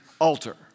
altar